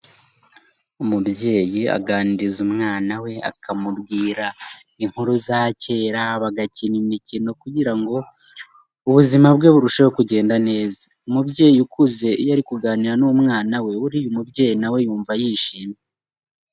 Umubyeyi aganiriza umwana we, akamubwira inkuru za kera, bagakina imikino kugira ubuzima bwe burusheho kugenda neza. Umubyeyi ukuze iyo ari kuganira n'umwana we, buriya umubyeyi na we yumva yishimye.